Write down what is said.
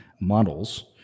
models